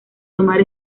tomar